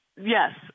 Yes